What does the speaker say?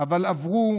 הם עברו